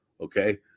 Okay